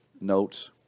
notes